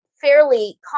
fairly